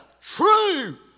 true